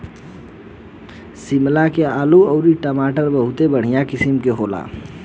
शिमला के आलू अउरी टमाटर बहुते बढ़िया किसिम के होला